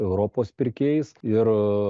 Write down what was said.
europos pirkėjais ir